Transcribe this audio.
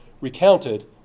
recounted